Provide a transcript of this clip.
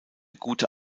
gute